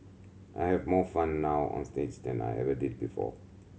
I have more fun now onstage than I ever did before